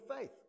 faith